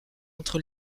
entre